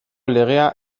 legea